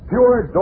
Pure